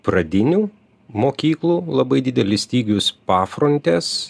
pradinių mokyklų labai didelis stygius pafrontės